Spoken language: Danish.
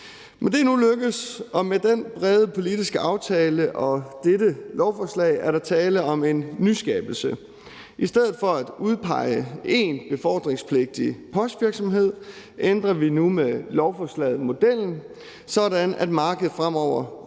med den brede politiske aftale og dette lovforslag er der tale om en nyskabelse. I stedet for at udpege én befordringspligtig postvirksomhed ændrer vi nu med lovforslaget modellen, sådan at markedet fremover